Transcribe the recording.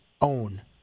own